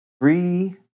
three